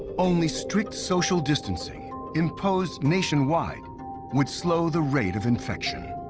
only strict social distancing imposed nationwide would slow the rate of infection.